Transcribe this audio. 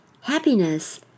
happiness